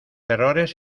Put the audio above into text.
errores